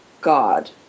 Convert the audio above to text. God